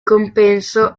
compenso